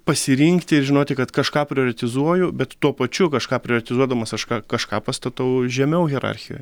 pasirinkti ir žinoti kad kažką prioretizuoju bet tuo pačiu kažką prioretizuodamas aš ką kažką pastatau žemiau hierarchijoj